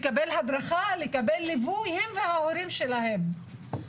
הדרכה וליווי, וגם ההורים שלהם.